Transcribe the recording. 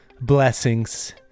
blessings